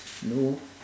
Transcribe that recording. no